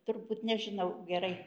turbūt nežinau gerai